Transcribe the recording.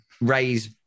raise